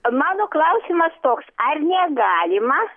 mano klausimas toks ar negalima